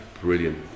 Brilliant